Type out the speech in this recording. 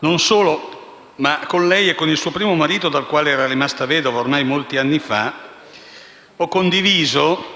Non solo: con lei e il suo primo marito, dal quale era rimasta vedova ormai molti anni fa, ho condiviso